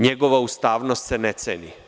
Njegova ustavnost se ne ceni.